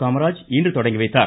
காமராஜ் இன்று தொடங்கி வைத்தார்